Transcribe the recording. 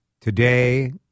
today